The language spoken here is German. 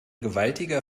gewaltiger